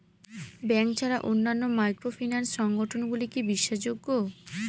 Bank ছাড়া অন্যান্য microfinance সংগঠন গুলি কি বিশ্বাসযোগ্য?